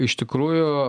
iš tikrųjų